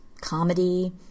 comedy